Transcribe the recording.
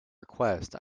request